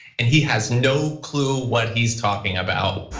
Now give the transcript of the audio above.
and he has no clue what he's talking about.